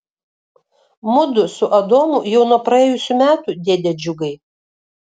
mudu su adomu jau nuo praėjusių metų dėde džiugai